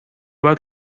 باید